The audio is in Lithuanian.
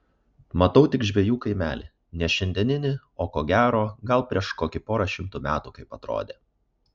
matau tik žvejų kaimelį ne šiandieninį o ko gero gal prieš kokį porą šimtų metų kaip atrodė